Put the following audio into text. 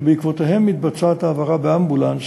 שבעקבותיהם מתבצעת העברה באמבולנס